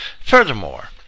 furthermore